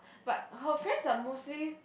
but her friends are mostly